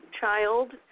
child